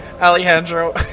Alejandro